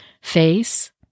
Face